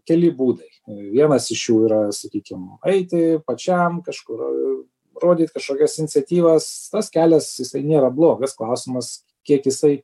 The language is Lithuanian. keli būdai vienas iš jų yra sakykim eiti pačiam kažkur rodyt kažkokias iniciatyvas tas kelias jisai nėra blogas klausimas kiek jisai